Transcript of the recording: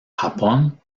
japón